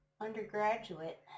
undergraduate